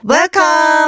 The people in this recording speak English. Welcome